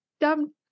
dumb